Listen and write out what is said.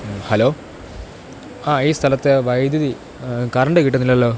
hello ആ ഈ സ്ഥലത്തെ വൈദ്യുതി കറണ്ട് കിട്ടുന്നില്ലല്ലോ